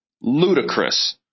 Ludicrous